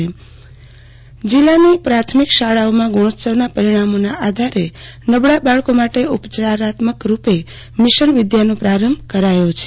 આરતી ભદ્દ જીલ્લામાં મિશનવિદ્યા જીલ્લાની પ્રાથમિક શાળાઓમાં ગુણીત્સવના પરિણામોના આધારે નબળા બાળકો માટે ઉપયારાત્મક રૂપે મિશન વિદ્યાનો પ્રારંભ કરાયો છે